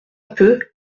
peu